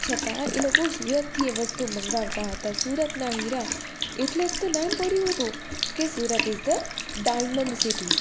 છતાં એ લોકો સુરતથી એ વસ્તુ મંગાવતા હતાં સુરતના હીરા એટલે જ તો નામ પડ્યું હતું કે Surat is the diamond city